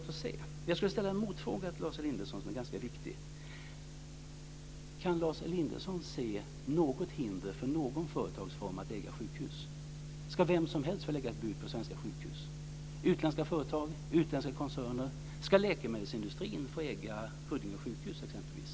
Jag skulle då vilja ställa en motfråga som är ganska viktig till Lars Elinderson: Kan Lars Elinderson se något hinder för någon företagsform att äga sjukhus? Ska vem som helst få lägga ett bud på svenska sjukhus - utländska företag och utländska koncerner? Ska läkemedelsindustrin få äga Huddinge sjukhus exempelvis?